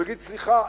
הוא יגיד: סליחה,